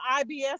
IBS